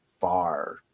far